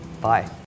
bye